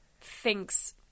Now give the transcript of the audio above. thinks